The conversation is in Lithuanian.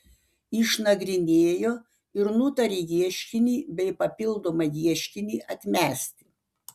išnagrinėjo ir nutarė ieškinį bei papildomą ieškinį atmesti